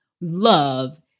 love